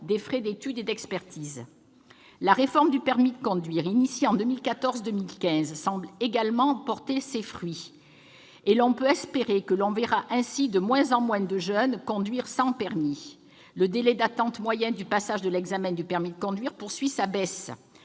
les frais d'étude et d'expertise. La réforme du permis de conduire, engagée en 2014 et 2015, semble également porter ses fruits. On peut espérer que, grâce à elle, on verra de moins en moins de jeunes conduire sans permis. Le délai moyen d'attente pour le passage de l'examen du permis de conduire poursuit sa baisse.